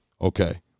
Okay